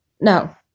No